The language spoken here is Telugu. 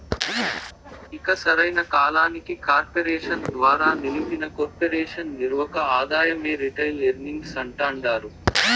ఇక సరైన కాలానికి కార్పెరేషన్ ద్వారా నిలిపిన కొర్పెరేషన్ నిర్వక ఆదాయమే రిటైల్ ఎర్నింగ్స్ అంటాండారు